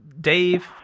dave